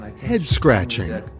head-scratching